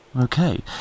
Okay